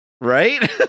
Right